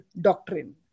doctrine